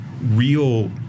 real